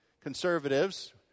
conservatives